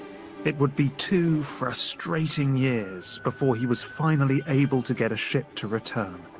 it would be two frustrating years before he was finally able to get a ship to return